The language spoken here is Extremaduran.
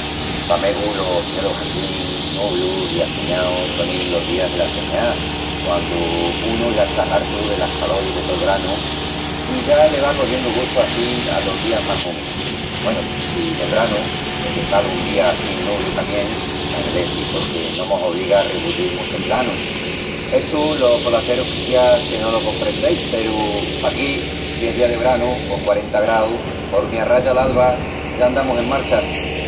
Pa megu los cielus assín nublus i açuñaus sonin los días dela toñá quandu unu ya está hartu delas caloris de tol branu i ya le va cogiendu gustu assín alos días más úmidus. Güenu, i nel branu, deque sal un día assín nublu tamién s'agraleci porque no mos obliga a rebullil-mus templanu. Estu los folasterus quiciás que no lo comprendeis peru paquí si es día de branu con quarenta graus, hormi arraya l'alva ya andamus en marcha.